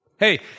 Hey